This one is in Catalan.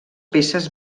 peces